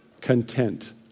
content